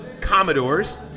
Commodores